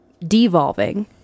devolving